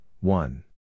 one